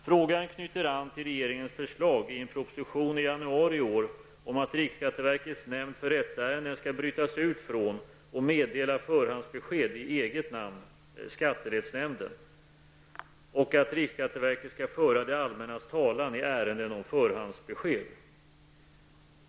Frågan knyter an till regeringens förslag i en proposition som lades fram i januari i år om att riksskatteverkets nämnd för rättsärenden skall brytas ut från riksskatteverket och meddela förhandsbesked i eget namn, skatterättsnämnden, och att riksskatteverket skall föra det allmännas talan i ärenden om förhandsbesked.